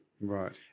Right